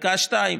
חלקה 2,